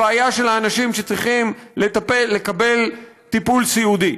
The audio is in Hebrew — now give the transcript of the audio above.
הבעיה של האנשים שצריכים לקבל טיפול סיעודי.